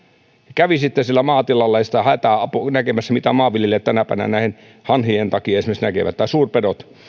kävisitte siellä maatilalla näkemässä mitä maanviljelijät tänä päivänä esimerkiksi näiden hanhien takia näkevät tai suurpedot